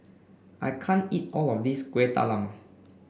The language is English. I can't eat all of this Kueh Talam